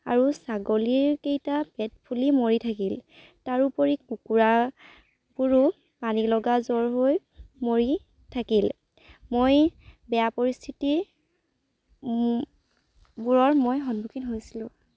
আৰু ছাগলীৰকেইটা পেট ফুলি মৰি থাকিল তাৰোপৰি কুকুৰা বোৰো পানী লগা জ্বৰ হৈ মৰি থাকিল মই বেয়া পৰিস্থিতিৰ বোৰৰ মই সন্মুখীন হৈছিলোঁ